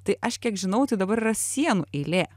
tai aš kiek žinau tai dabar yra sienų eilė